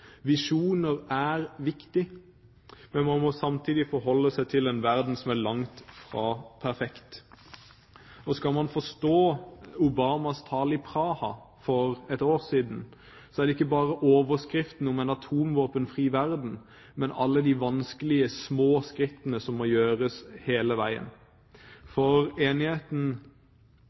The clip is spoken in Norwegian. Visjoner er viktig, men vi må samtidig forholde oss til en verden som langt fra er perfekt. Skal man forstå Obamas tale i Praha for et år siden, er det ikke bare overskriften om en atomvåpenfri verden som er viktig, men alle de vanskelige, små skrittene som må tas hele veien, for enigheten